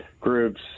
groups